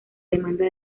demanda